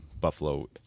Buffalo